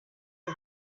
ein